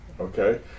Okay